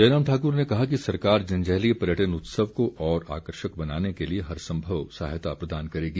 जयराम ठाक्र ने कहा कि सरकार जंजैहली पर्यटन उत्सव को और आकर्षक बनाने के लिए हर संभव सहायता प्रदान करेगी